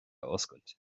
oscailt